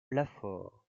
lafaure